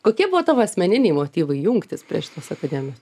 kokie buvo tavo asmeniniai motyvai jungtis prie šitos akademijos